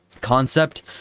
concept